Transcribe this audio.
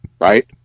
right